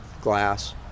glass